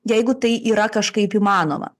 jeigu tai yra kažkaip įmanoma